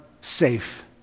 safe